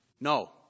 No